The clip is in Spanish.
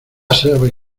sabe